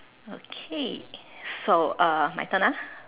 okay so uh my turn ah